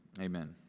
Amen